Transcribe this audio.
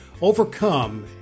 overcome